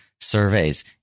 surveys